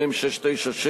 מ/696,